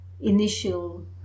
initial